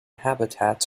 habitats